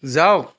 যাওক